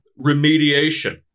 remediation